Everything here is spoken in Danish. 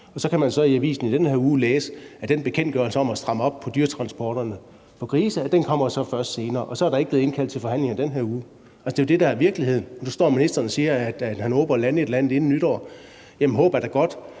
Så kan man så i avisen i den her uge læse, at den bekendtgørelse om at stramme op på dyretransporterne med hensyn til grise først kommer senere, og så er der ikke blevet indkaldt til forhandlinger i den her uge. Det er jo det, der er virkeligheden, og så står ministeren og siger, at han håber at lande et eller andet inden nytår. Jamen håb er da godt,